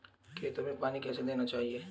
खेतों में पानी कैसे देना चाहिए?